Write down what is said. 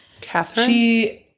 Catherine